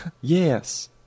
Yes